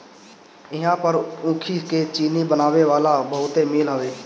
इहां पर ऊखी के चीनी बनावे वाला बहुते मील हवे